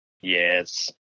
Yes